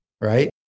right